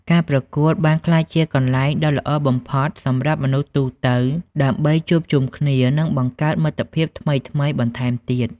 ការប្រកួតបានក្លាយជាកន្លែងដ៏ល្អបំផុតសម្រាប់មនុស្សទូទៅដើម្បីជួបជុំគ្នា និងបង្កើតមិត្តភាពថ្មីៗបន្ថែមទៀត។